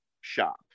shop